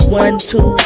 one-two